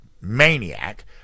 maniac